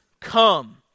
come